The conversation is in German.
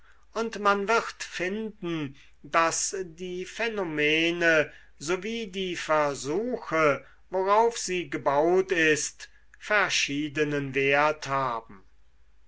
und man wird finden daß die phänomene sowie die versuche worauf sie gebaut ist verschiedenen wert haben